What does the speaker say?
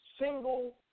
single